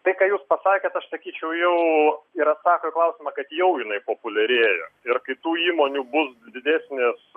tai ką jūs pasakėt aš sakyčiau jau yra atsako į klausimą kad jau jinai populiarėja ir kai tų įmonių bus didesnis